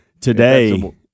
today